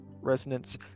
resonance